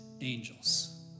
angels